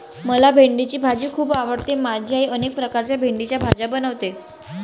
मला भेंडीची भाजी खूप आवडते माझी आई अनेक प्रकारच्या भेंडीच्या भाज्या बनवते